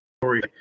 story